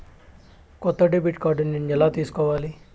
కొత్త debit card నేను ఎలా తీసుకోవాలి?